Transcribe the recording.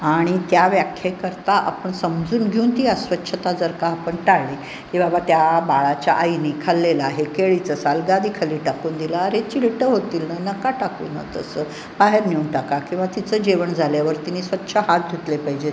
आणि त्या व्याख्येकरता आपण समजून घेऊन ती अस्वच्छता जर का आपण टाळली की बाबा त्या बाळाच्या आईने खाल्लेलं आहे केळीचं साल गादीखाली टाकून दिलं अरे चिलटं होतील ना नका टाकू ना तसं बाहेर नेऊन टाका किंवा तिचं जेवण झाल्यावर तिने स्वच्छ हात धुतले पाहिजेत